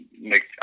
make